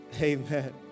Amen